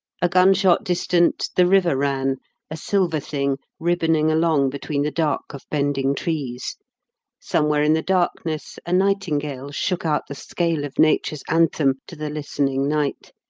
a gunshot distant the river ran a silver thing ribboning along between the dark of bending trees somewhere in the darkness a nightingale shook out the scale of nature's anthem to the listening night,